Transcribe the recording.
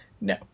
No